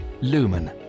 Lumen